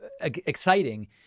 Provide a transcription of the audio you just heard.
exciting